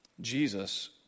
Jesus